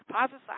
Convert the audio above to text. Positive